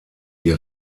die